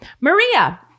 Maria